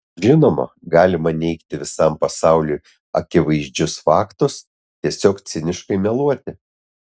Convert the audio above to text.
žinoma galima neigti visam pasauliui akivaizdžius faktus tiesiog ciniškai meluoti